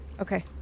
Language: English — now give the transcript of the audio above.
Okay